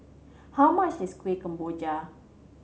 how much is Kueh Kemboja